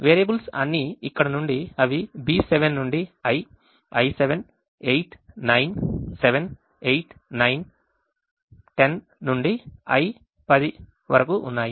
variables అన్నీ ఇక్కడ నుండి అవి B7 నుండి I I7 8 9 7 8 9 10 నుండి I 10 వరకు ఉన్నాయి